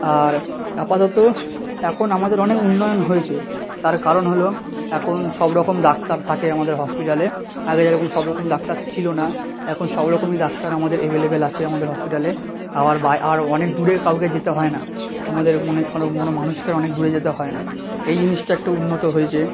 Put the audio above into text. আর আপাতত এখন আমাদের অনেক উন্নয়ন হয়েছে তার কারণ হলো এখন সব রকম ডাক্তার থাকে আমাদের হসপিটালে আগে যেরকম সবরকম ডাক্তার ছিলো না এখন সব রকমই ডাক্তার আমাদের এভেলেবেল আছে আমাদের হসপিটালে আবার বাই আরও অনেক দূরের কাউকে যেতে হয় না আমাদের মনে কোনো কোনো মানুষকে আর অনেক দূরে যেতে হয় না এই জিনিসটা একটু উন্নত হয়েছে